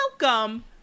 welcome